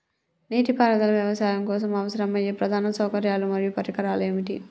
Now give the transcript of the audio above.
నీటిపారుదల వ్యవసాయం కోసం అవసరమయ్యే ప్రధాన సౌకర్యాలు మరియు పరికరాలు ఏమిటి?